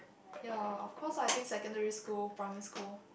ya of course I think secondary school primary school